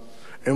אמור לנו